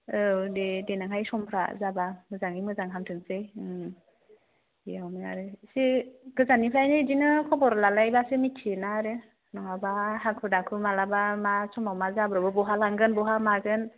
औ दे देनांहाय समफ्रा जाब्ला मोजाङै मोजां हामथोंसै बेयावनो आरो एसे गोजाननिफ्रायनो इदिनो खबर लालायब्ला मिन्थियोना आरो नङाब्ला हाखु दाखु माब्लाबा मा समाव मा जाब्रबो बहा लांगोन बहा मागोन